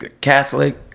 Catholic